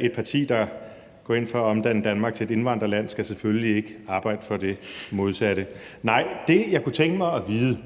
Et parti, der går ind for at omdanne Danmark til et indvandrerland, skal selvfølgelig ikke arbejde for det modsatte. Nej, det, jeg kunne tænke mig at vide,